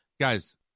guys